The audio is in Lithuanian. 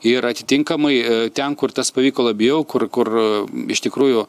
ir atitinkamai ten kur tas pavyko labiau kur kur iš tikrųjų